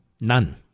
none